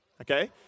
okay